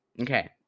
Okay